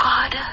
God